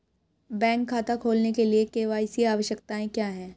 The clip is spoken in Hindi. बैंक खाता खोलने के लिए के.वाई.सी आवश्यकताएं क्या हैं?